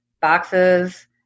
boxes